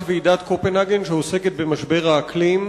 ועידת קופנהגן שעוסקת במשבר האקלים,